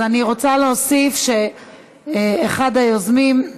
אז אני רוצה להוסיף שאחד היוזמים הוא